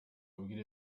mbabwire